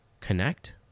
connect